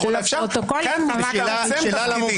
לזה מצטמצם תפקידי.